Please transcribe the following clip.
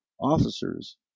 officers